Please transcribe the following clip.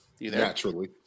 Naturally